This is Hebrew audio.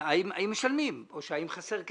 האם משלמים או האם חסר כסף?